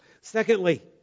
Secondly